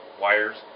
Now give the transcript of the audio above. Wires